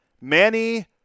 Manny